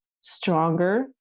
stronger